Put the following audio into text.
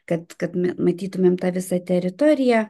kad kad ma matytumėm tą visą teritoriją